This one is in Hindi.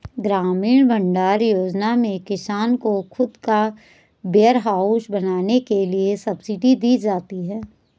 ग्रामीण भण्डारण योजना में किसान को खुद का वेयरहाउस बनाने के लिए सब्सिडी दी जाती है